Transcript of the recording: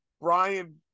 Brian